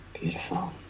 Beautiful